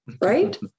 right